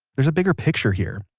there's a bigger picture here.